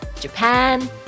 Japan